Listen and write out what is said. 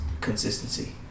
consistency